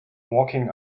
walking